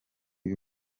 y’u